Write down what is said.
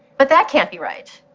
but that can't be right.